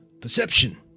perception